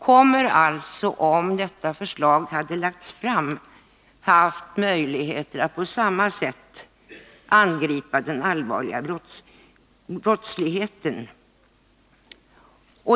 Hade detta förslag lagts fram, hade vi haft möjligheter att på samma sätt angripa den allvarliga brottsligheten.